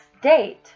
date